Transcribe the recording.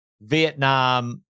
Vietnam